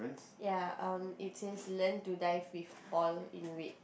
ya um it says learn to dive with Paul in red